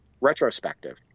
retrospective